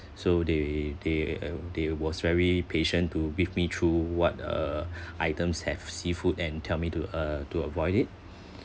so they they they was very patient to with me through what uh items have seafood and tell me to uh to avoid it